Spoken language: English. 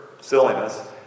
silliness